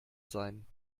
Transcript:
sein